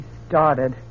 started